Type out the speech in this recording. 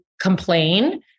complain